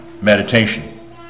meditation